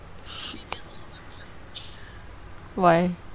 sh~ why